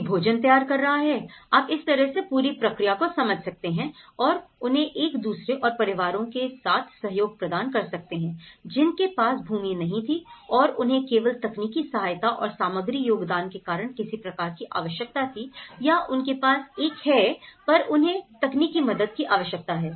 कोई भोजन तैयार कर रहा है आप इस तरह से पूरी प्रक्रिया को समझ सकते हैं और उन्हें एक दूसरे और परिवारों के साथ सहयोग प्रदान कर सकते हैं जिनके पास भूमि नहीं थी और उन्हें केवल तकनीकी सहायता और सामग्री योगदान के कारण किसी प्रकार की आवश्यकता थी या उनके पास एक है पर उन्हें तकनीकी मदद की आवश्यक है